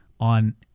on